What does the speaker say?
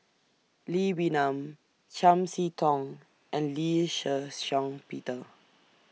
Lee Wee Nam Chiam See Tong and Lee Shih Shiong Peter